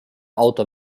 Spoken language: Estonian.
auto